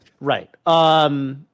right